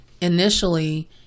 initially